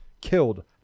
killed